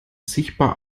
sichtbar